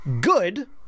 good